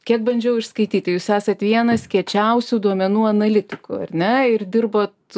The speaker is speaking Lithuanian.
kiek bandžiau išskaityti jūs esat vienas kiečiausių duomenų analitikų ar ne ir dirbot